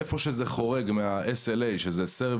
איפה שזה חורג מה-S.L.A שזה service